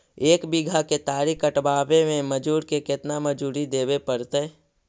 एक बिघा केतारी कटबाबे में मजुर के केतना मजुरि देबे पड़तै?